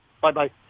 Bye-bye